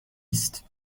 است